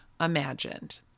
imagined